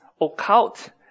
occult